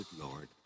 Lord